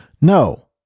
No